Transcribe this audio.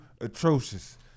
Atrocious